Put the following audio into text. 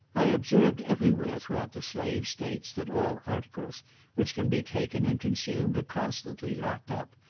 i observed every where throughout the slave states that all articles which can be taken and consumed are constantly locked up,